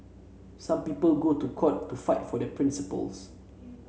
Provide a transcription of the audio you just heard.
some people go to court to fight for their principles